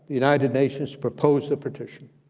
the united nations proposed the partition,